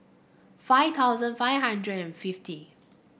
five thousand five hundred and fifty